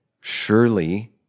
surely